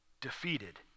defeated